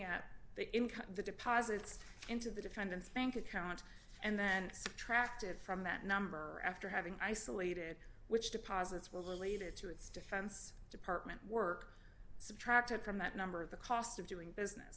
at the income the deposits into the defendant's bank account and then subtract it from that number after having isolated which deposits were related to its defense department work subtracted from that number of the cost of doing business